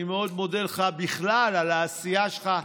אני מאוד מודה לך בכלל על העשייה שלך.